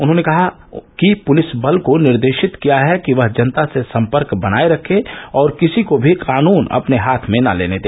उन्होंने कहा कि पुलिस बल को निर्देशित किया गया है कि वह जनता से सम्पर्क बनाए रखे और किसी को भी कानून अपने हाथ में न लेने दे